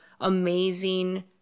amazing